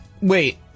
wait